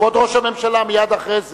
כבוד ראש הממשלה, מייד אחרי זה.